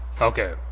okay